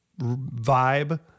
vibe